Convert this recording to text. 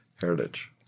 heritage